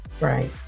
Right